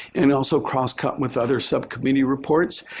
and also cross-cut with other subcommittee reports.